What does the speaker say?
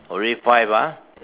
already five ah